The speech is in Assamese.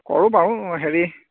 কৰোঁ বাৰু হেৰি